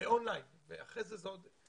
באון ליין, ואחרי זה עוד.